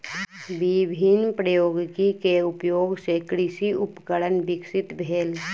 विभिन्न प्रौद्योगिकी के उपयोग सॅ कृषि उपकरण विकसित भेल